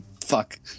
fuck